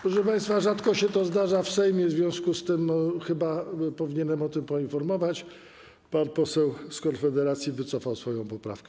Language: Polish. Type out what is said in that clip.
Proszę państwa, rzadko się to zdarza w Sejmie, w związku z czym chyba powinieniem o tym poinformować: pan poseł z Konfederacji wycofał swoją poprawkę.